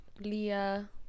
leah